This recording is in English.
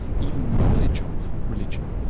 even knowledge of, religion.